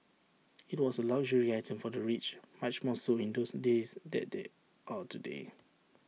IT was A luxury item for the rich much more so in those days than they are today